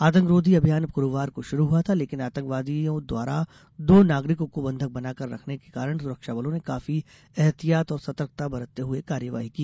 आतंकरोधी अभियान गुरूवार को शुरू हुआ था लेकिन आतंकवादियों द्वारा दो नागरिकों को बंधक बनाकर रखने के कारण सुरक्षाबलों ने काफी एहतियात और सतर्कता बरतते हुए कार्रवाई की